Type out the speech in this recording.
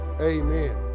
amen